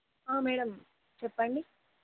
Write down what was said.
madam చెప్పండి